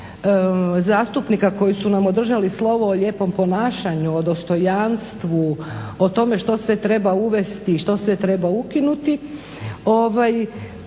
zastupnika koji su nam održali slovo o lijepom ponašanju, o dostojanstvu, o tome što sve treba uvesti, što sve treba ukinuti